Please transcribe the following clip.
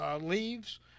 leaves